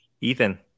Ethan